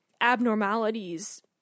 abnormalities